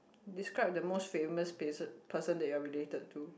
describe the most famous person person that you are related to